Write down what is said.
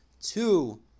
two